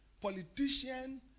politician